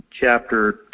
Chapter